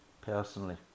personally